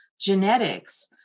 genetics